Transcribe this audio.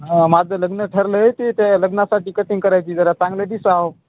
हां माझं लग्न ठरलंय ते ते लग्नासाठी कटिंग करायची जरा चांगले दिसावं